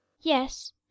Yes